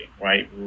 right